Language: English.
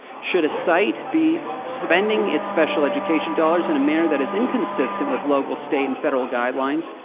should a site be spending its special education dollars in a manner that is inconsistent with local, state, and federal guidelines,